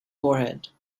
forehead